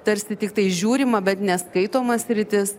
tarsi tiktai žiūrima bet neskaitoma sritis